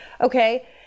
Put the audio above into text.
Okay